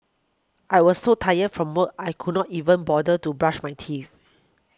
I was so tired from work I could not even bother to brush my teeth